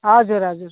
हजुर हजुर